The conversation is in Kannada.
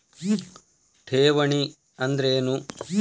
ಠೇವಣಿ ಅಂದ್ರೇನು?